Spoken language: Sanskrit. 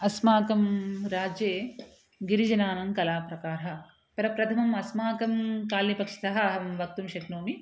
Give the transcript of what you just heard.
अस्माकं राज्ये गिरिजनानां कलाप्रकारः प्रप्रथममं अस्माकं काल्नि पक्षतः अहं वक्तुं शक्नोमि